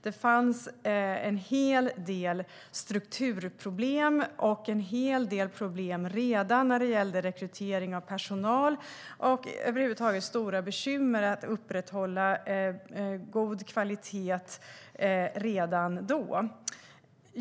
Det fanns en hel del strukturproblem och en hel del problem när det gällde rekrytering av personal, och det var över huvud taget stora bekymmer med att upprätthålla god kvalitet redan då.